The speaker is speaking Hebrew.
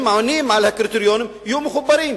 עונים על הקריטריונים יהיו מחוברים.